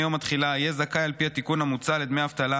יום התחילה יהיה זכאי על פי התיקון המוצע לדמי אבטלה,